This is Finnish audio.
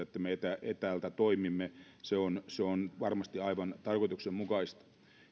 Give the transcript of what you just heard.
että me toimimme etänä se on varmasti aivan tarkoituksenmukaista